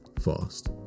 fast